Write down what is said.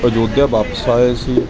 ਅਯੋਧਿਆ ਵਾਪਸ ਆਏ ਸੀ